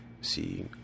see